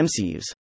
MCUs